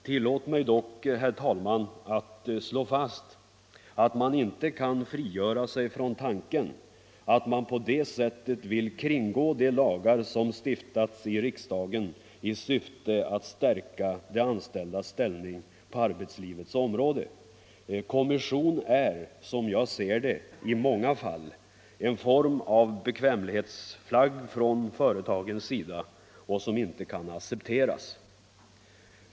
Tillåt mig dock, herr talman, slå fast att man inte kan frigöra sig från tanken att man på det sättet vill kringgå de lagar som stiftats i riksdagen i syfte att stärka de anställdas ställning på arbetslivets område. Kommission är, som jag ser det, i många fall en form av bekvämlighetsflagg från företagens sida som inte kan accepteras.